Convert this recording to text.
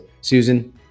Susan